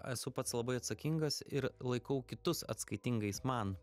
esu pats labai atsakingas ir laikau kitus atskaitingais man